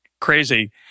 crazy